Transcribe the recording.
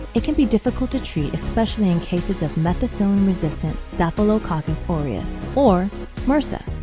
it can be difficult to treat especially in cases of methicillin-resistant staphylococcus aureus, or mrsa,